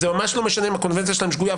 זה ממש לא משנה אם הקונבנציה שלהם שגויה,